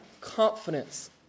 confidence